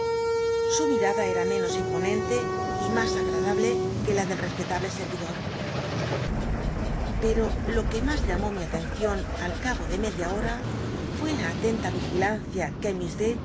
sn mimda era menos imponen le y mas agradable e nc la del respetable servidor pero lo que mas llamó mi atencion al cabo de media hora fué la atenta y igilancia que